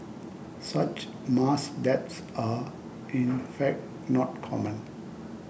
such mass deaths are in fact not common